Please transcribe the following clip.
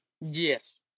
Yes